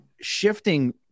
shifting